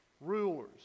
rulers